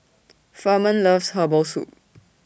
Furman loves Herbal Soup